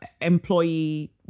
employee